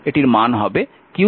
সুতরাং q